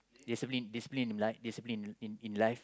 discipline discipline life discipline in in in life